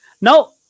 Now